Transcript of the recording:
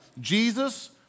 Jesus